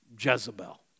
Jezebel